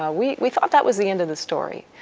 ah we we thought that was the end of the story.